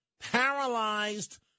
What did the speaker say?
paralyzed